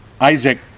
Isaac